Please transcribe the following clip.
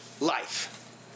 life